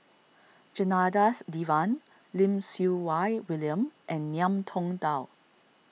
Janadas Devan Lim Siew Wai William and Ngiam Tong Dow